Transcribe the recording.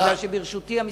כיוון שברשותי המסמכים.